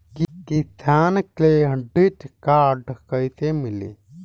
किसान credit card कइसे मिली?